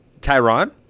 Tyron